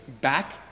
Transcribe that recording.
back